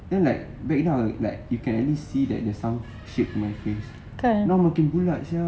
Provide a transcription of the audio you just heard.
then like right now like you can at least see there some shape in my face now makin bulat sia